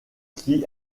qui